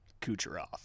Kucherov